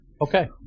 Okay